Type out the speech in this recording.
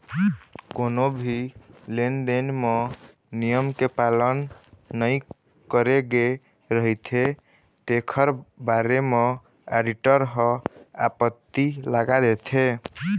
कोनो भी लेन देन म नियम के पालन नइ करे गे रहिथे तेखर बारे म आडिटर ह आपत्ति लगा देथे